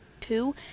two